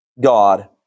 God